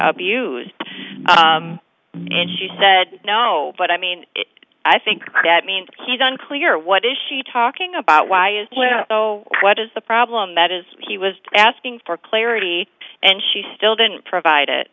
abused and she said no but i mean i think that means he's unclear what is she talking about why is so what is the problem that is he was asking for clarity and she still didn't provide it